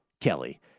Kelly